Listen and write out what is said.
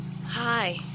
Hi